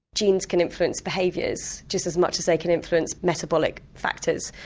genes can influence behaviours just as much as they can influence metabolic factors.